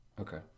Okay